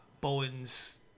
Bowen's